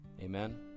Amen